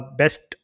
best